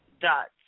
dots